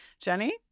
Jenny